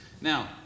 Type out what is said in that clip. Now